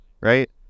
right